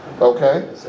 Okay